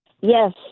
Yes